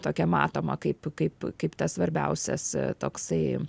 tokia matoma kaip kaip kaip tas svarbiausias toksai